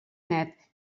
net